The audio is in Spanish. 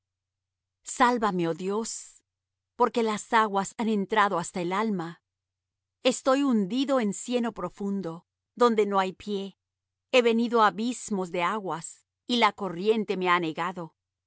salvame oh dios porque las aguas han entrado hasta el alma estoy hundido en cieno profundo donde no hay pie he venido á abismos de aguas y la corriente me ha anegado